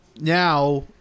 Now